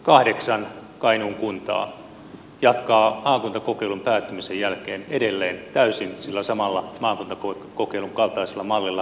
kahdeksan kainuun kuntaa jatkaa maakuntakokeilun päättymisen jälkeen edelleen täysin sillä samalla maakuntakokeilun kaltaisella mallilla sosiaali ja terveydenhuollon toimintaa